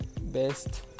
best